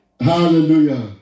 Hallelujah